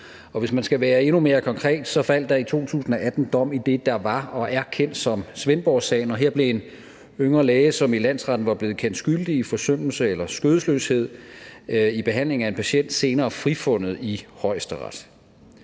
Og hvis man skal være endnu mere konkret, så faldt der i 2018 dom i det, der var og er kendt som Svendborgsagen. Her blev en yngre læge, som i landsretten var blevet kendt skyldig i forsømmelse eller skødesløshed i behandling af en patient, senere frifundet i Højesteret.